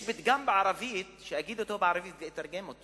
יש פתגם שאגיד בערבית ואתרגם.